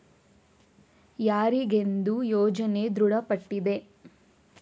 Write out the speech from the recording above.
ಯಾರಿಗೆಂದು ಯೋಜನೆ ದೃಢಪಟ್ಟಿದೆ?